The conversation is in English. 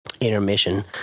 Intermission